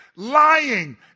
Lying